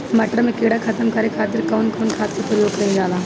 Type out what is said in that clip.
मटर में कीड़ा खत्म करे खातीर कउन कउन खाद के प्रयोग कईल जाला?